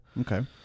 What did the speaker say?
Okay